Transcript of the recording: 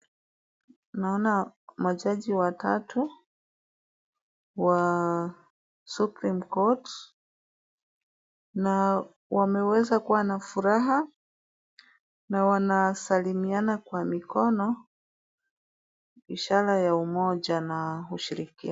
Naona majaji watatu wa Supreme Court ,na wameweza kuwa na furaha na wanasalimiana kwa mikono, ishara ya umoja na ushirikiano.